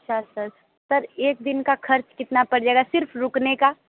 अच्छा sir sir एक दिन का ख़र्च कितना पड़ जाएगा सिर्फ़ रुकने का